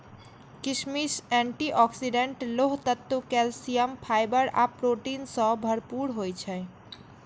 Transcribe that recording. किशमिश antioxidant, लोह तत्व, कैल्सियम, फाइबर आ प्रोटीन सं भरपूर होइ छै